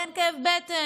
אין כאב בטן,